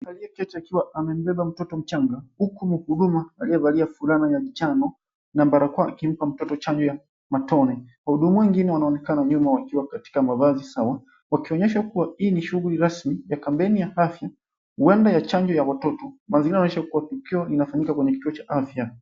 Mtu aliyeketi akiwa amembeba mtoto mchanga huku mhuduma aliyevalia fulana ya manjano na barakoa akimpa mtoto chanjo ya matone. Wahudumu wengine wanaonekana wakiwa katika mavazi sawa wakionyesha kua hii ni shughuli rasmi ya kampeni ya afya huenda ya chanjo ya watoto. Mazingira yanaonyesha kua tukio linafanyika kwenye kituo cha afya.